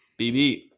BB